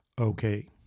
Okay